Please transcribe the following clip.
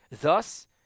Thus